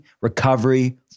recovery